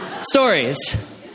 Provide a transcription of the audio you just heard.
stories